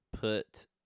put